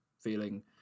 feeling